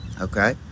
Okay